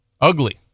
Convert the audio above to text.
Ugly